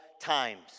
times